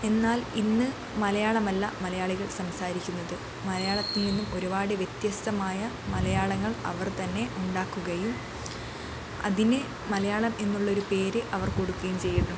എന്നാൽ ഇന്ന് മലയാളം അല്ല മലയാളികൾ സംസാരിക്കുന്നത് മലയാളത്തിൽ നിന്നും ഒരുപാടു വ്യത്യസ്തമായ മലയാളങ്ങൾ അവർ തന്നെ ഉണ്ടാക്കുകയും അതിന് മലയാളം എന്നുള്ളൊരു പേര് അവർ കൊടുക്കുകയും ചെയ്യുന്നു